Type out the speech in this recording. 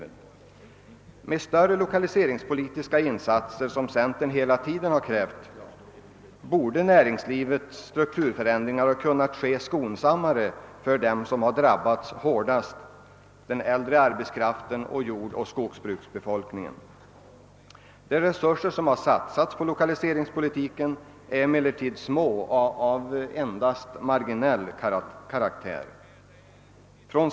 Med de större lokaliseringspolitiska insatser som centern hela tiden krävt borde näringslivets strukturförändringar ha kunnat ske skonsammare för dem som drabbats hårdast — den äldre arbetskraften samt jordbruksoch skogsbruksbefolkningen. De resurser som satsats på lokaliseringspolitiken är emellertid små och har endast marginell karaktär.